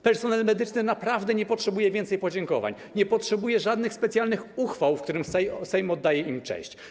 Personel medyczny naprawdę nie potrzebuje więcej podziękowań, nie potrzebuje żadnych specjalnych uchwał, w których Sejm oddaje im cześć.